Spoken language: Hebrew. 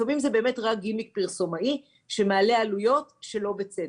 לפעמים זה באמת רק גימיק פרסומאי שמעלה עלויות שלא בצדק,